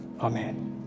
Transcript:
Amen